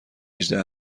هجده